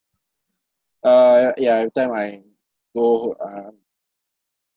uh y~ yeah every time I go home uh